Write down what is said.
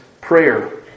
prayer